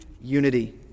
unity